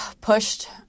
pushed